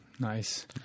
Nice